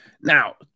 Now